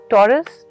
Taurus